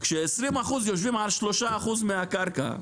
כש-20% יושבים על 3% מהקרקע,